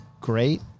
great